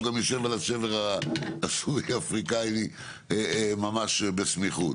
הוא גם יושב על השבר הסורי-אפריקאי או ממש בסמיכות.